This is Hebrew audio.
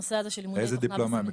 הנושא הזה של לימודי תוכנה בסמינרים.